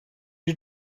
you